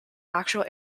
actual